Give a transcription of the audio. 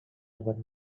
about